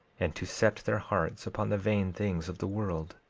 and to set their hearts upon the vain things of the world!